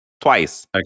twice